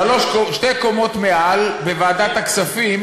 שתי קומות מעל, בוועדת הכספים,